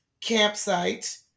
campsite